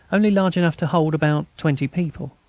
only large enough to hold about twenty people.